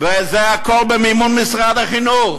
וזה הכול במימון משרד החינוך.